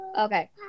Okay